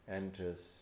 enters